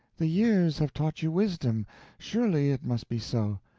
the years have taught you wisdom surely it must be so.